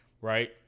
right